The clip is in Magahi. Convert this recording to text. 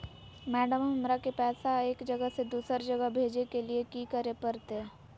मैडम, हमरा के पैसा एक जगह से दुसर जगह भेजे के लिए की की करे परते?